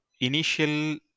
initial